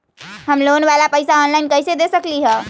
हम लोन वाला पैसा ऑनलाइन कईसे दे सकेलि ह?